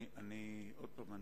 עוד פעם,